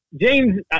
James